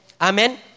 Amen